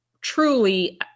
truly